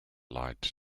lied